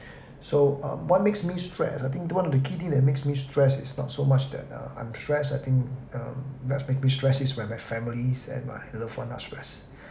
so um what makes me stressed I think one of the key thing that makes me stress is not so much that uh I'm stressed I think um that makes me stress is when my families and my loved ones are stressed